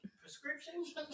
Prescriptions